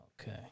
Okay